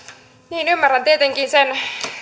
niin ymmärrän tietenkin sen